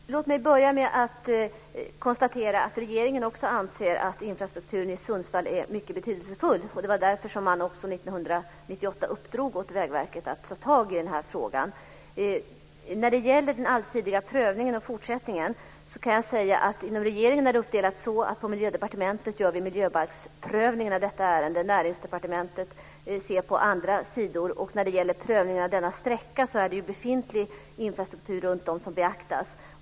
Fru talman! Låt mig börja med att konstatera att regeringen också anser att infrastrukturen i Sundsvall är mycket betydelsefull. Det var också därför som man 1998 uppdrog åt Vägverket att ta tag i den här frågan. När det gäller den allsidiga prövningen och fortsättningen kan jag säga att inom regeringen är det uppdelat så att vi på Miljödepartementet gör miljöbalksprövningen av detta ärende och Näringsdepartementet ser på andra sidor. När det gäller prövningen av denna sträcka är det befintlig infrastruktur runtom som beaktas.